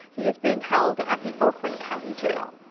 he is being held at the oakland county jail.